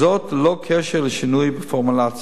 וזאת ללא קשר בשינוי בפורמולציה.